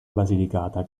basilicata